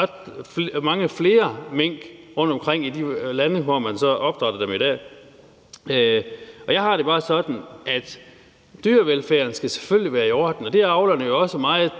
mink rundtomkring i de lande, hvor man så opdrætter dem i dag. Jeg har det bare sådan, at dyrevelfærden selvfølgelig skal være i orden, og det er avlerne jo også meget